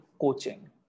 coaching